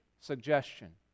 suggestion